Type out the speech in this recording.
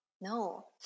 no